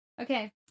Okay